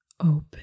open